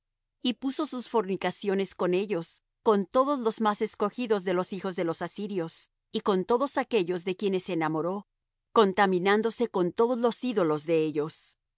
y puso sus fornicaciones con ellos con todos los más escogidos de los hijos de los asirios y con todos aquellos de quienes se enamoró contaminóse con todos los ídolos de ellos y